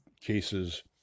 cases